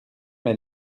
mes